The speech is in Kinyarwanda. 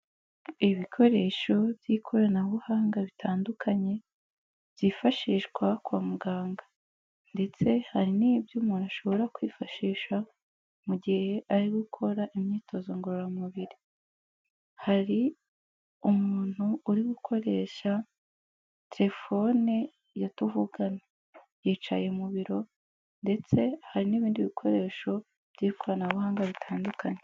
Ibikoresho by'ikoranabuhanga bitandukanye, byifashishwa kwa muganga ndetse hari n'ibyo umuntu ashobora kwifashisha mu gihe ari gukora imyitozo ngororamubiri, hari umuntu uri gukoresha telefone ya tuvugane, yicaye mu biro ndetse hari n'ibindi bikoresho by'ikoranabuhanga bitandukanye.